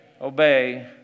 obey